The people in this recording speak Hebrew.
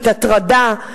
הטרדה,